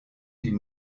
die